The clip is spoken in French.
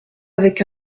avec